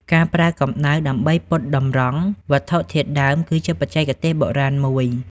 ការប្រើកំដៅដើម្បីពត់តម្រង់វត្ថុធាតុដើម គឺជាបច្ចេកទេសបុរាណមួយ។